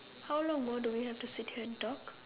how long more do we have to sit here and talk